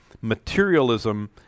Materialism